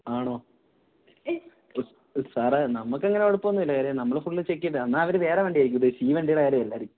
ആണോ സാര് നമുക്ക് അങ്ങനെ കുഴപ്പമൊന്നുമില്ല കാര്യം നമ്മള് ഫുള് ചെക്ക് ചെയ്തതാണ് എന്നാല് അവര് വേറെ വണ്ടിയായിരിക്കും ഉദ്ദേശിച്ചത് ഈ വണ്ടിയുടെ കാര്യമല്ലായിരിക്കും